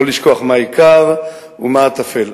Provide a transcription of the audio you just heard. לא לשכוח מה העיקר ומה הטפל.